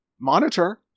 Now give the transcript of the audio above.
Monitor